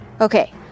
Okay